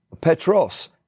Petros